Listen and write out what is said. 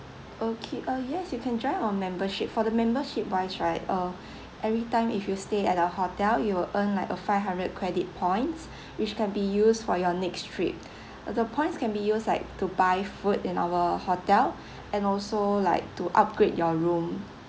okay uh yes you can join our membership for the membership wise right uh every time if you stay at the hotel you will earn like a five hundred credit points which can be used for your next trip ah the points can be used like to buy food in our hotel and also like to upgrade your room